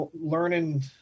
learning